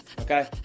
Okay